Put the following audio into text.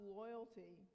loyalty